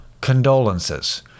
condolences